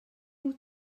wyt